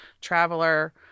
Traveler